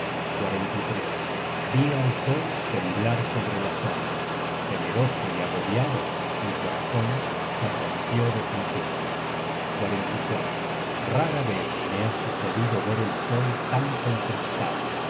vi al sol temblar sobre las ondas temeroso y agobiado mi corazon se rompió de flaqueza rara vez me ha sucedido ver el sol tan contristado